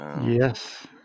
Yes